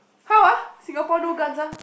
how ah Singapore no guns ah